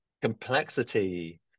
complexity